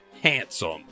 Handsome